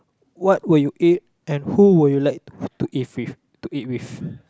what will you eat and who would you like to e~ to eat with to eat with